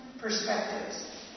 perspectives